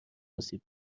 آسیب